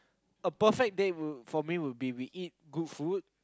a perfect date for me would be that we eat good food